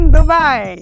Dubai